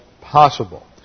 possible